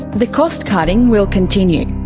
the cost cutting will continue.